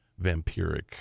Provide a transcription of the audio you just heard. vampiric